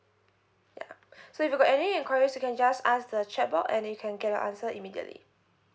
ya so if you got any enquiries you can just ask the chatbot you can get your answer immediately